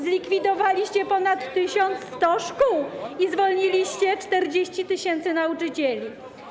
Ba, zlikwidowaliście ponad 1100 szkół i zwolniliście 40 tys. nauczycieli.